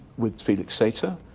with felix sater.